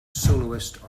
soloist